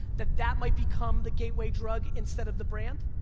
that that might become the gateway drug, instead of the brand?